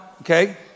okay